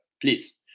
please